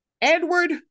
Edward